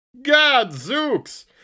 Godzooks